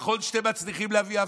נכון שאתם מצליחים להביא הפגנות.